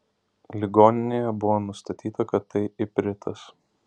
ligoninėje buvo nustatyta kad tai ipritas